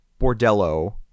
bordello